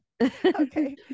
okay